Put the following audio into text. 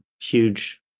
huge